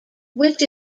which